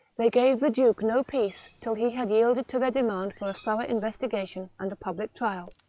they gave the duke no peace till he had yielded to their demand for a thorough investigation and a public trial.